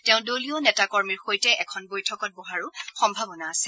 তেওঁ দলীয় নেতা কৰ্মীৰ সৈতে এখন বৈঠকত বহাৰো সম্ভাৱনা আছে